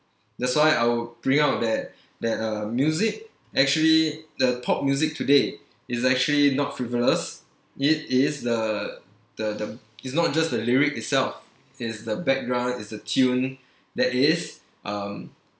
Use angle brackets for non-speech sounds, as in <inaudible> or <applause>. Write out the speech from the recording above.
that's why I would bring out that <breath> that uh music actually the pop music today is actually not frivolous it is the the the is not just the lyric itself it's the background it's the tune <breath> that is um